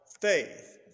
faith